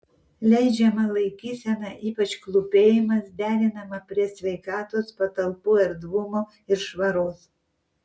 leidžiama laikysena ypač klūpėjimas derinama prie sveikatos patalpų erdvumo ir švaros